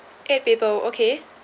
eight people okay